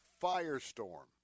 firestorm